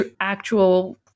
actual